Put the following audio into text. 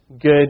good